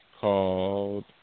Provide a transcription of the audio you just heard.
called